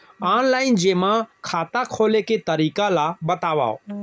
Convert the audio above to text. Online जेमा खाता खोले के तरीका ल बतावव?